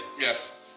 yes